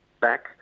back